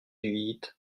huit